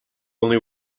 only